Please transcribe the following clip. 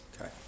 Okay